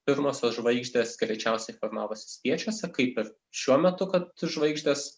pirmosios žvaigždės greičiausiai formavosi spiečiuose kaip ir šiuo metu kad žvaigždės